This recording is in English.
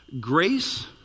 Grace